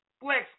Flex